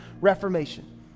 Reformation